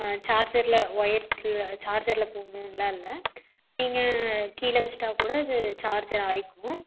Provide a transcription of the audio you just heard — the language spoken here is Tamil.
சார்ஜரில் ஒயர் இல்லை சார்ஜரில் போடணுன்லாம் இல்லை நீங்கள் கீழே வச்சிட்டா கூட அது சார்ஜ் ஆகிக்கும்